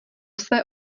své